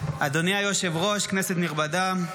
אדוני היושב-ראש, כנסת נכבדה,